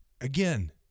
again